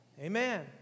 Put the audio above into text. Amen